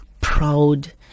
proud